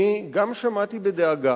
אני גם שמעתי בדאגה